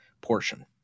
portion